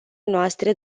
noastre